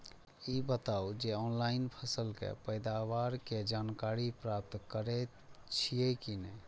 ई बताउ जे ऑनलाइन फसल के पैदावार के जानकारी प्राप्त करेत छिए की नेय?